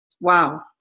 wow